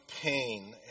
pain